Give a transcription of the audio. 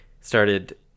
started